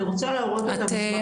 אני רוצה להראות את המסמך.